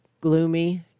gloomy